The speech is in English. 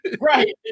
Right